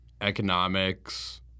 economics